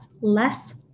less